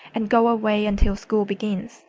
and go away until school begins,